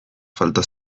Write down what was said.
falta